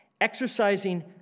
Exercising